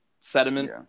sediment